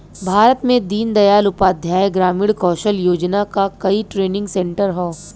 भारत में दीन दयाल उपाध्याय ग्रामीण कौशल योजना क कई ट्रेनिंग सेन्टर हौ